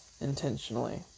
intentionally